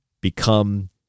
become